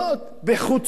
בחוצפה.